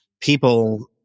people